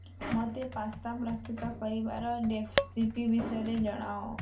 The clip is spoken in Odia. ମୋତେ ପାସ୍ତା ପ୍ରସ୍ତୁତ କରିବାର ରେସିପି ବିଷୟରେ ଜଣାଅ